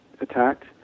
attacked